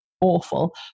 awful